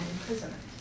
imprisonment